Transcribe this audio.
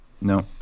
No